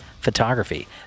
photography